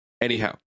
Anyhow